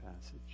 passage